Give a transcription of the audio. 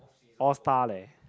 all star leh